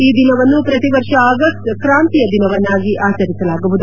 ಈ ದಿನವನ್ನು ಪ್ರತಿ ವರ್ಷ ಆಗಸ್ಟ್ ಕ್ರಾಂತಿಯ ದಿನವನ್ನಾಗಿ ಆಚರಿಸಲಾಗುವುದು